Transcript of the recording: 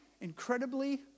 incredibly